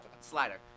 Slider